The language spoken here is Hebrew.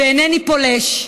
ואינני פולש,